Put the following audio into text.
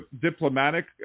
diplomatic